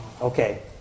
okay